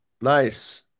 Nice